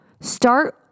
start